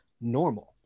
normal